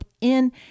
in-